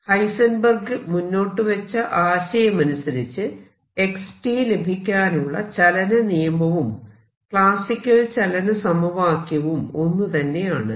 Heisenberg മുന്നോട്ടു വെച്ച ആശയമാനുസരിച്ച് x ലഭിക്കാനുള്ള ചലന നിയമവും ക്ലാസിക്കൽ ചലന സമവാക്യവും ഒന്ന് തന്നെ ആണ്